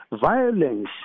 violence